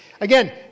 Again